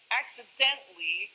accidentally